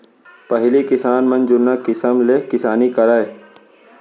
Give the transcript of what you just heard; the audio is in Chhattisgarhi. पहिली किसान मन जुन्ना किसम ले किसानी करय